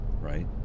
right